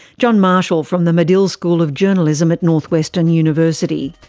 jon marshall, from the medill school of journalism at northwestern university.